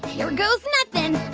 here goes nothing.